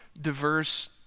diverse